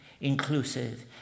inclusive